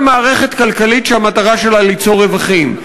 מערכת כלכלית שהמטרה שלה ליצור רווחים.